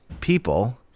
people